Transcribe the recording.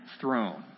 throne